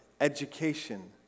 education